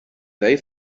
they